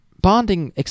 Bonding